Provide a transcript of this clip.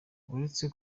uretse